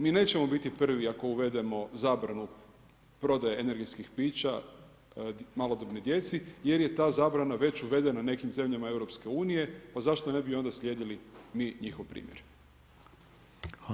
Mi nećemo biti prvi ako uvedemo zabranu prodaje energetskih pića malodobnoj djeci jer je ta zabrana već uvedena u nekim zemljama EU pa zašto ne bi onda slijedili mi njihov primjer.